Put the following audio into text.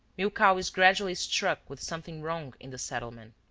milkau is gradually struck with something wrong in the settlement.